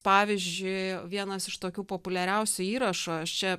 pavyzdžiui vienas iš tokių populiariausiu įrašų aš čia